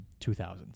2000s